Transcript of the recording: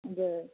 बेस